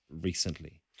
recently